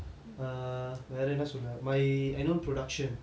err வேற என்ன சொல்ல:vera enna solla my annual production